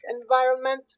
environment